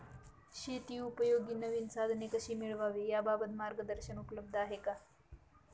शेतीउपयोगी नवीन साधने कशी मिळवावी याबाबत मार्गदर्शन उपलब्ध आहे का?